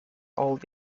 old